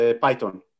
Python